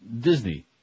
Disney